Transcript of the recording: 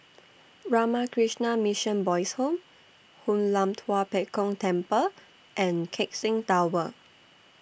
Ramakrishna Mission Boys' Home Hoon Lam Tua Pek Kong Temple and Keck Seng Tower